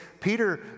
Peter